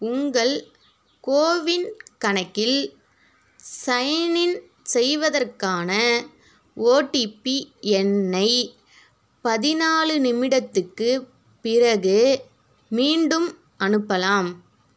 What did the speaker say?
உங்கள் கோவின் கணக்கில் sign in செய்வதற்கான ஒடிபி எண்ணை பதினாலு நிமிடத்துக்குப் பிறகு மீண்டும் அனுப்பலாம்